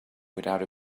without